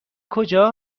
کجا